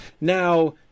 now